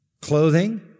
clothing